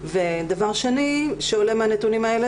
ודבר שני שעולה מהנתונים האלה,